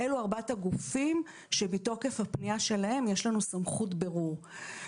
אלו ארבעת הגופים שמתוקף הפנייה שלהם יש לנו סמכות בירור.